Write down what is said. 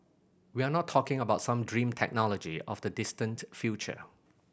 we are not talking about some dream technology of the distant future